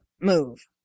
move